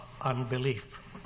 unbelief